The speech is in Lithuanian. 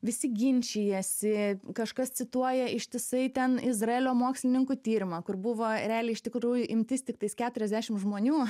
visi ginčijasi kažkas cituoja ištisai ten izraelio mokslininkų tyrimą kur buvo realiai iš tikrųjų imtis tiktais keturiasdešimt žmonių